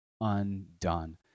undone